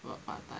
work part time